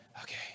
okay